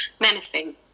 menacing